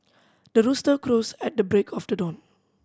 the rooster crows at the break of the dawn